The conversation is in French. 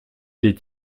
les